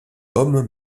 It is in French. hommes